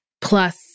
plus